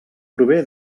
prové